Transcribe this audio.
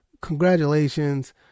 Congratulations